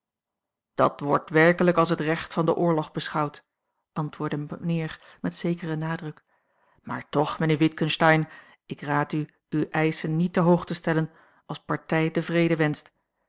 dat wordt werkelijk als het recht van den oorlog beschouwd antwoordde mijnheer met zekeren nadruk maar toch mijnheer witgensteyn ik raad u uwe eischen niet te hoog te stellen als partij den